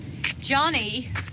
Johnny